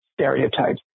stereotypes